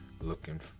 looking